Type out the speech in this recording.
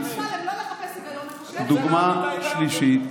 אמסלם, לא לחפש היגיון --- דוגמה שלישית.